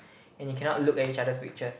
and you cannot look at each other's pictures